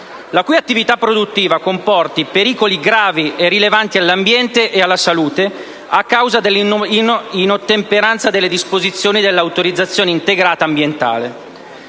la cui attività produttiva comporti pericoli gravi e rilevanti per l'ambiente e per la salute, a causa dell'inottemperanza alle disposizioni dell'autorizzazione integrata ambientale.